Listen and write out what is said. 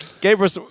Gabriel